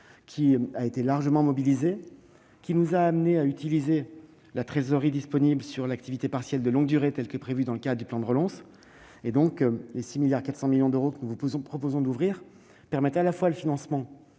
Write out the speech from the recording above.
a été largement mobilisé. Cela nous a amenés à utiliser la trésorerie disponible sur l'activité partielle de longue durée, comme c'était prévu dans le cadre du plan de relance. Le crédit de 6,4 milliards d'euros que nous vous proposons d'ouvrir permet donc à la fois de financer